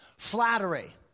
Flattery